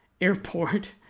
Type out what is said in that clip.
airport